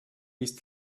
ließ